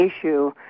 issue